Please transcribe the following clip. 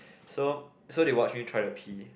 so so they watched me try to pee